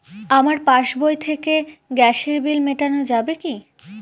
আমার পাসবই থেকে গ্যাসের বিল মেটানো যাবে কি?